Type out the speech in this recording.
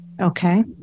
Okay